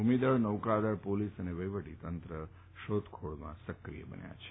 ભૂમિદળ નૌકાદળ પોલીસ અને વફીવટી તંત્ર શોધખોળમાં સક્રિય બન્યા છે